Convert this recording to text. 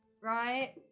Right